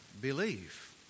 believe